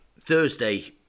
Thursday